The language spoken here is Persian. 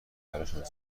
استفاده